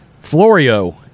Florio